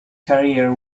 career